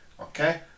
okay